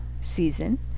season